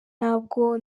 ntabwo